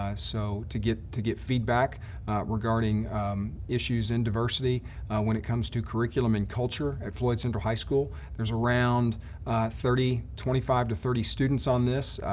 ah so to get to get feedback regarding issues in diversity when it comes to curriculum and culture at floyd central high school. there's around thirty, twenty five to thirty students on this.